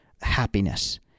happiness